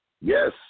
Yes